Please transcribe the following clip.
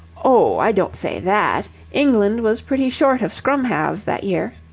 oh, i don't say that. england was pretty short of scrum-halves that year.